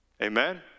Amen